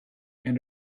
and